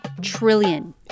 Trillion